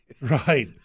right